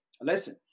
Listen